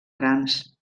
grans